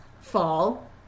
fall